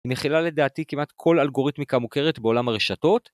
היא מכילה, לדעתי, כמעט כל אלגוריתמיקה מוכרת, בעולם הרשתות.